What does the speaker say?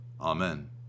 Amen